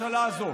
הממשלה הזאת.